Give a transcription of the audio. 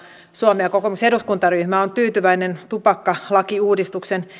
suomea kokoomuksen eduskuntaryhmä on tyytyväinen tupakkalakiuudistuksen